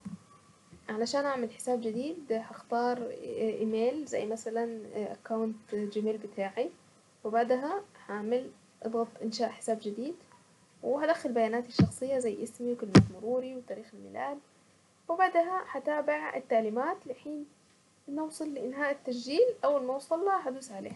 علشان اعمل حساب جديد هختار ايميل زي مثلا اكونت جيميل بتاعي وبعدها هعمل اضغط انشاء حساب جديد وهدخل بياناتي الشخصية زي اسمي وكلمة مروري وتاريخ الميلاد وبعدها هتابع التعليمات لحين نوصل لانهاء التسجيل اول ما اوصلها هدوس عليها.